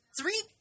Three